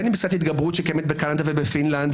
בין אם פסקת ההתגברות שקיימת בקנדה ובפינלנד,